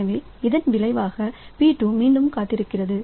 எனவே இதன் விளைவாக P2 மீண்டும் காத்திருங்கள்